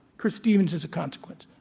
chris stevens, as a consequence.